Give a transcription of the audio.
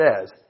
says